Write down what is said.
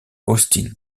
austin